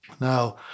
Now